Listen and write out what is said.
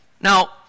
Now